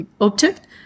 object